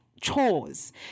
chores